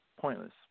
pointless